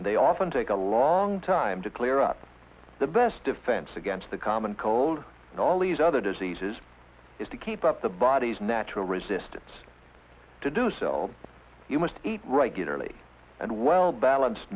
and they often take a long time to clear up the best defense against the common cold in all these other diseases is to keep up the body's natural resistance to do so you must eat regularly and well balanced